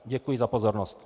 Děkuji za pozornost.